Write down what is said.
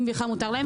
אם בכלל מותר להם,